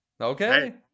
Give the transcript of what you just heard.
Okay